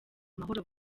mahoro